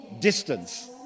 distance